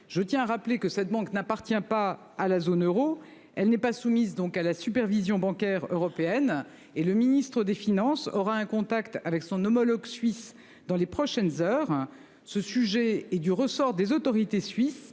Je tiens à rappeler que cette banque n'appartient pas à la zone euro. Elle n'est pas soumise donc à la supervision bancaire européenne et le ministre des Finances aura un contact avec son homologue suisse dans les prochaines heures. Ce sujet est du ressort des autorités suisses